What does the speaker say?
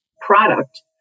product